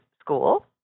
school